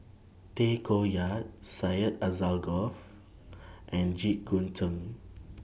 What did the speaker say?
Tay Koh Yat Syed Alsagoff and Jit Koon Ch'ng